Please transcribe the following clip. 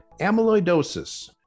Amyloidosis